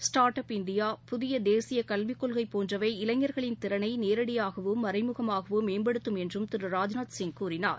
start up India புதிய தேசிய கல்விக் கொள்கை போன்றவை இளைஞர்களின் திறனை நேரடியாகவோ மறைமுகமாகவோ மேம்படுத்தம் என்றும் திரு ராஜ்நாத் சிங் கூறினார்